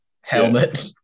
helmet